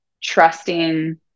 trusting